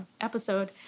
episode